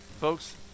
Folks